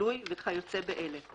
בילוי וכיוצא באלה,